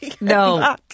no